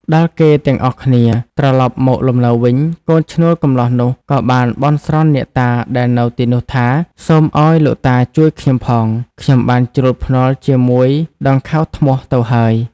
ដល់គេទាំងអស់គ្នាត្រឡប់មកលំនៅវិញ កូនឈ្នួលកំលោះនោះក៏បានបន់ស្រន់អ្នកតាដែលនៅទីនោះថា "សូមឲ្យលោកតាជួយខ្ញុំផង ខ្ញុំបានជ្រុលភ្នាល់ជាមួយដង្ខៅធ្នស់ទៅហើយ"។